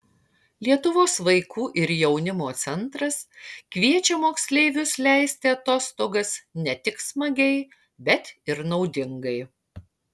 lietuvos vaikų ir jaunimo centras kviečia moksleivius leisti atostogas ne tik smagiai bet ir naudingai